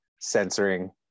censoring